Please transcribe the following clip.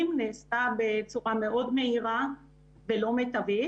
נעשתה בצורה מאוד מהירה ולא מיטבית.